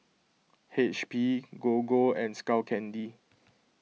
H P Gogo and Skull Candy